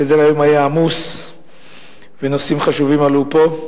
סדר-היום היה עמוס ונושאים חשובים עלו פה.